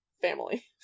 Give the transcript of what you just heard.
family